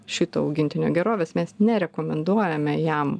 šito augintinio gerovės mes nerekomenduojame jam